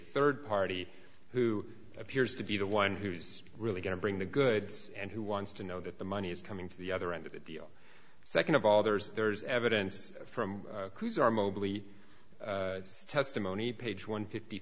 third party who appears to be the one who's really going to bring the goods and who wants to know that the money is coming to the other end of the deal second of all there's there's evidence from who's our mobley testimony page one fifty